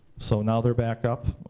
so now they're back up,